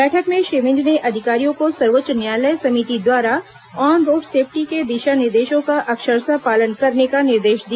बैठक में श्री विज ने अधिकारियों को सर्वोच्च न्यायालय समिति द्वारा ऑन रोड सेफ्टी के दिशा निर्देशों का अक्षरशः पालन करने का निर्देश दिया